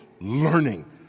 learning